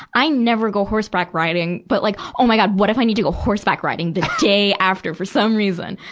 i never go horseback riding. but like, oh my god, what if i need to go horseback riding the day after for some reason?